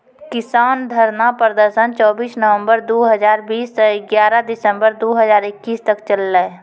किसान धरना प्रदर्शन चौबीस नवंबर दु हजार बीस स ग्यारह दिसंबर दू हजार इक्कीस तक चललै